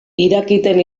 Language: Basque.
irakiten